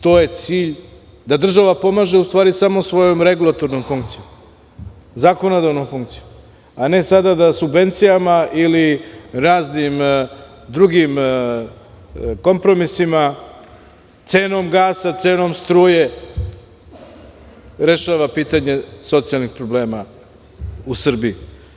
To je cilj, da država pomaže samo svojom regulatornom funkcijom, zakonodavnom funkcijom, a ne sada da subvencijama ili raznim drugim kompromisima, cenom gasa, cenom struje, rešava pitanje socijalnih problema u Srbiji.